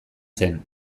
zen